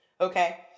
Okay